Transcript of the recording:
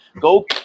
Go –